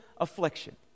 affliction